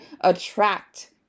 attract